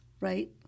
right